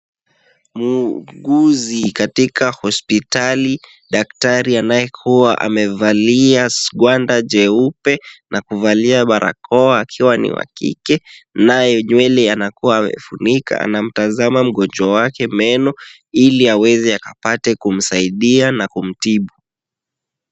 Muuguzi katika hospitali, daktari anayekuwa amevalia ngwanda jeupe, na kuvalia barakoa akiwa ni wa kike nayo nywele anakuwa amefunika. Anamtazama mgonjwa wake meno ili aweze akapata kumsaidia na kumtibu.